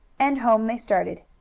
and home they started,